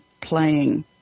playing